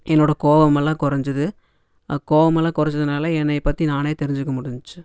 என்னோட கோவமெல்லாம் குறஞ்சிது அக்கோவமெல்லாம் கொறஞ்சதுனால என்னையை பற்றி நானே தெரிஞ்சிக்க முடிஞ்ச்சு